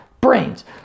brains